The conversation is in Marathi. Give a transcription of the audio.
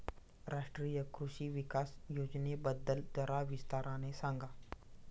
राष्ट्रीय कृषि विकास योजनेबद्दल जरा विस्ताराने सांगा